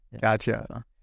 gotcha